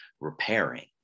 repairing